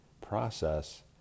process